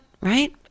right